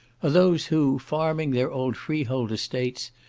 are those who, farming their own freehold estates,